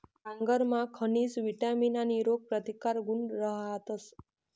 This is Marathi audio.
डांगरमा खनिज, विटामीन आणि रोगप्रतिकारक गुण रहातस